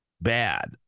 bad